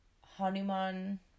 Hanuman